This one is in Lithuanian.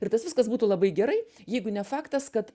ir tas viskas būtų labai gerai jeigu ne faktas kad